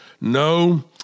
No